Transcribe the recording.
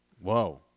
Whoa